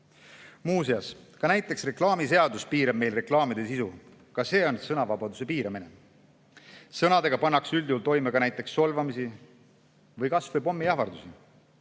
näiteks reklaamiseadus piirab meil reklaamide sisu – ka see on sõnavabaduse piiramine. Sõnadega pannakse üldjuhul toime näiteks solvamisi või kas või pommiähvardusi.